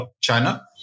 China